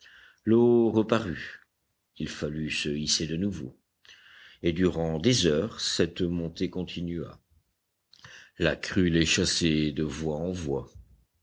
l'eau reparut il fallut se hisser de nouveau et durant des heures cette montée continua la crue les chassait de voie en voie